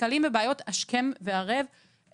נתקלים בבעיות השכם וערב,